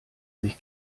sich